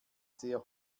sehr